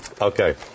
okay